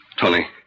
Tony